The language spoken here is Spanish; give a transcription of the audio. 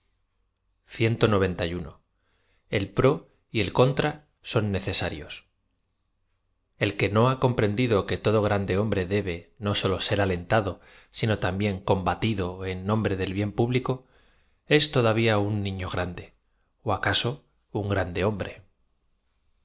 tenían una base verdadera pro y el conira son necesarios e i que no ha comprendido que todo grande hombre debe no sólo ser alentado sino también combatido en nombre del bien público ea todavia un nifio grande acaso un grande hombre